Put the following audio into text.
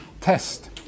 test